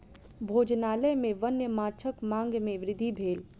भोजनालय में वन्य माँछक मांग में वृद्धि भेल